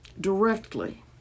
directly